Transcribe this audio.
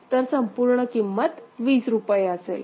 तर संपूर्ण किंमत वीस रुपये असेल